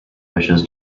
fishes